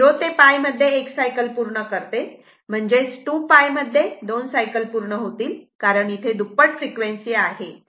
हे 0 ते π मध्ये एक सायकल पूर्ण करते म्हणजेच 2π मध्ये दोन सायकल पूर्ण होतील कारण इथे दुप्पट फ्रिक्वेन्सी आहे